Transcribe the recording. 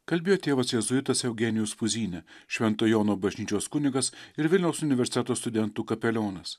kalbėjo tėvas jėzuitas eugenijus puzynė švento jono bažnyčios kunigas ir vilniaus universiteto studentų kapelionas